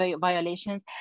violations